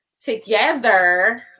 together